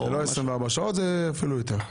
זה לא 24 שעות, זה אפילו יותר.